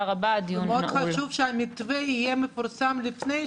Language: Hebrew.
מאוד חשוב שהמתווה יהיה מפורסם לפני,